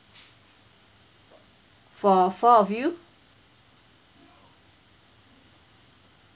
for four of you